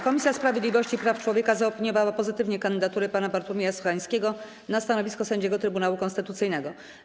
Komisja Sprawiedliwości i Praw Człowieka zaopiniowała pozytywnie kandydaturę pana Bartłomieja Sochańskiego na stanowisko sędziego Trybunału Konstytucyjnego.